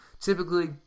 Typically